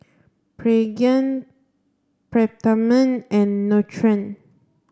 Pregain Peptamen and Nutren